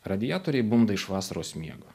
radiatoriai bunda iš vasaros miego